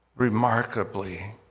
Remarkably